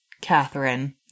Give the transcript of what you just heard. Catherine